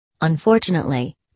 Unfortunately